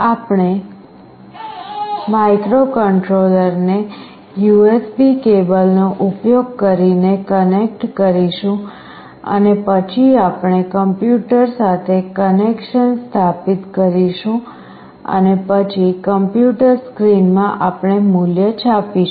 આપણે માઇક્રોકન્ટ્રોલરને યુએસબી કેબલનો ઉપયોગ કરીને કનેક્ટ કરીશું અને પછી આપણે કમ્યુટર સાથે કનેક્શન સ્થાપિત કરીશું અને પછી કમ્યુટર સ્ક્રીનમાં આપણે મૂલ્ય છાપીશું